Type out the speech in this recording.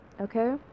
Okay